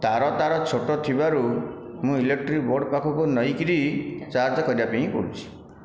ତା'ର ତାର ଛୋଟ ଥିବାରୁ ମୁଁ ଇଲେକ୍ଟ୍ରିକ୍ ବୋର୍ଡ଼ ପାଖକୁ ନେଇକରି ଚାର୍ଜ କରିବା ପାଇଁ ପଡ଼ୁଛି